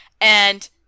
and-